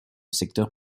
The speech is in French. secteur